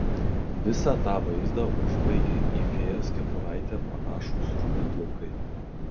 visą tą vaizdą užbaigė į fėjos kepuraitę panašūs rudi plaukai